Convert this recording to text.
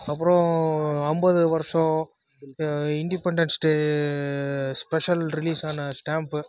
அப்பறம் ஐம்பது வருஷம் இன்டிபென்டன்ஸ் டே ஸ்பெஷல் ரிலீஸான ஸ்டாம்பு